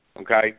Okay